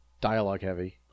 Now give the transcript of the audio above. dialogue-heavy